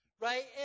right